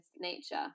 nature